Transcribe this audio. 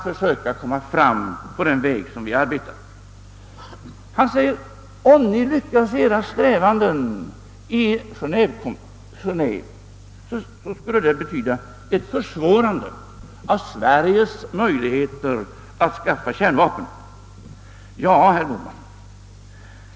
Herr Bohman säger vidare, att om vi lyckas i våra strävanden i Genéve så kommer det att göra det svårare för Sverige att skaffa kärnvapen.